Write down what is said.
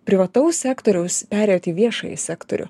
privataus sektoriaus perėjot į viešąjį sektorių